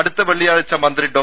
അടുത്ത വെള്ളിയാഴ്ച മന്ത്രി ഡോ